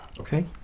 Okay